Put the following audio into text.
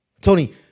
Tony